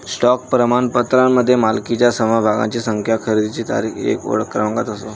stock प्रमाणपत्रामध्ये मालकीच्या समभागांची संख्या, खरेदीची तारीख, एक ओळख क्रमांक असतो